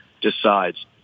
decides